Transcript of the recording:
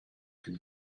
can